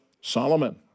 Solomon